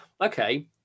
okay